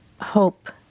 Hope